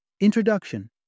Introduction